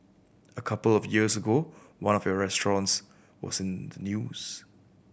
a couple of years ago one of your restaurants was in the news